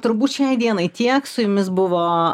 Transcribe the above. turbūt šiai dienai tiek su jumis buvo